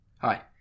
Hi